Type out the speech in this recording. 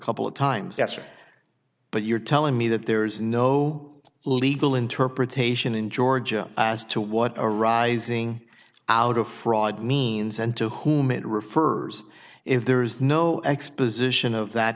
yesterday but you're telling me that there is no legal interpretation in georgia as to what arising out of fraud means and to whom it refers if there is no exposition of that